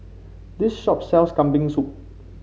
this shop sells Kambing Soup